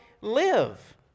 live